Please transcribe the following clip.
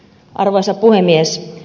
arvoisa puhemies